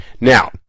Now